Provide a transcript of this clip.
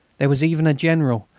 there was even a general,